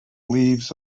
leaves